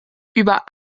über